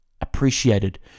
appreciated